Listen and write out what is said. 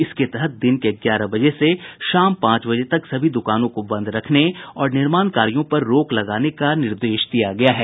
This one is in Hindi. इसके तहत दिन के ग्यारह बजे से शाम पांच बजे तक सभी दुकानों को बंद रखने और निर्माण कार्यों पर रोक लगाने का निर्देश दिया गया है